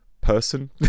person